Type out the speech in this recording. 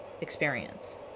experience